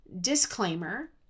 disclaimer